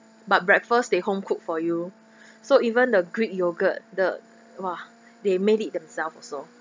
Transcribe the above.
but breakfast they home cooked for you so even the greek yogurt the !wah! they made it themselves also